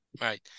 Right